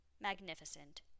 magnificent